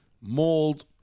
mold